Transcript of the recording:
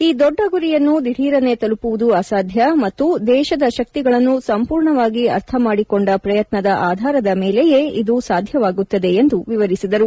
ಈ ದೊಡ್ಡ ಗುರಿಯನ್ನು ದಿಢೀರನೇ ತಲುಮವುದು ಅಸಾಧ್ಯ ಮತ್ತು ದೇಶದ ಶಕ್ತಿಗಳನ್ನು ಸಂಪೂರ್ಣವಾಗಿ ಅರ್ಥಮಾಡಿಕೊಂಡ ಪ್ರಯತ್ನದ ಆಧಾರದ ಮೇಲೆಯೇ ಇದು ಸಾಧ್ಯವಾಗುತ್ತದೆ ಎಂದು ವಿವರಿಸಿದರು